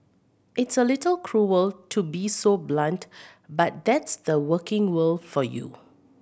it's a little cruel to be so blunt but that's the working world for you